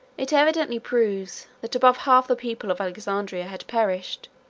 it evidently proves, that above half the people of alexandria had perished